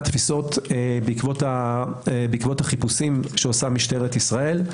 תפיסות בעקבות החיפושים שעושה משטרת ישראל.